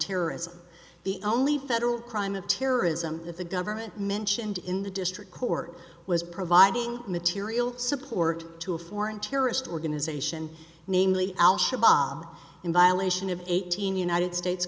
terrorism the only federal crime of terrorism that the government mentioned in the district court was providing material support to a foreign terrorist organization namely al shabaab in violation of eighteen united states